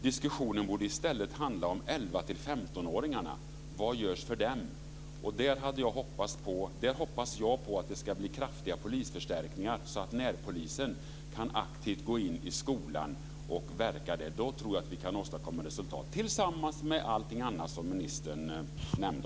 Diskussionen borde i stället handla om Där hoppas jag att det ska bli kraftiga polisförstärkningar så att närpolisen aktivt kan gå in i skolan och verka där. Då tror jag att vi kan åstadkomma resultat, tillsammans med allting annat som ministern nämnde.